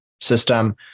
system